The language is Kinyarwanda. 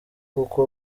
kuko